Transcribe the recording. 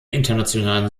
internationalen